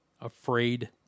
afraid